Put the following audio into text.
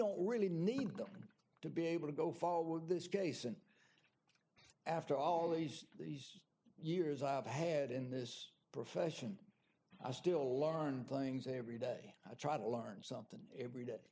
don't really need government to be able to go forward this case and after all these these years i've had in this profession i still learn things every day i try to learn something every day